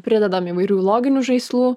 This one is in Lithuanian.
pridedam įvairių loginių žaislų